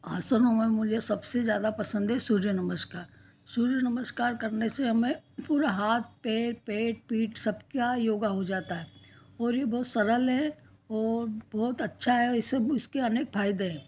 असल में मैं मुझे सबसे ज्यादा पसंद है सूर्य नमस्कार सूर्य नमस्कार करने से हमें पूरा हाथ पैर पेट पीठ सब का योग हो जाता है और ये बहुत सरल है और बहुत अच्छा है इसे इसके अनेक फायदे हैं